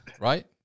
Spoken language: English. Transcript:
right